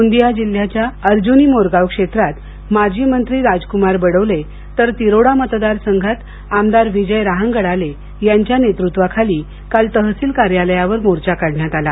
गोंदिया जिल्ह्याच्या अर्जुनी मोरगाव क्षेत्रात माजी मंत्री राजकुमार बडोले तर तिरोडा मतदार संघात आमदार विजय रहांगडाले यांच्या नेतृत्वाखाली काल तहसील कार्यलयावर मोर्चा काढण्यात आला